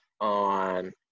on